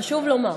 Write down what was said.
חשוב לומר,